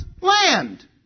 land